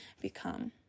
become